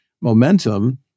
momentum